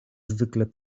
zwykle